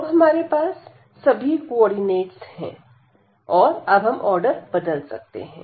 तो अब हमारे पास सभी कोऑर्डिनेटस है और अब हम ऑर्डर बदल सकते हैं